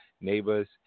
neighbors